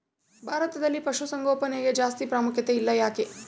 ಭಾರತದಲ್ಲಿ ಪಶುಸಾಂಗೋಪನೆಗೆ ಜಾಸ್ತಿ ಪ್ರಾಮುಖ್ಯತೆ ಇಲ್ಲ ಯಾಕೆ?